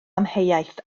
amheuaeth